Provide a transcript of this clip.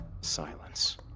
Silence